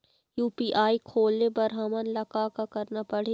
UPI खोले बर हमन ला का का करना पड़ही?